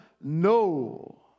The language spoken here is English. no